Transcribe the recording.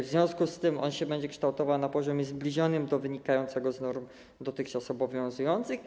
W związku z tym on się będzie kształtował na poziomie zbliżonym do wynikającego z norm dotychczas obowiązujących.